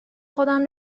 خودم